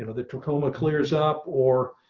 ah the tacoma clears up or,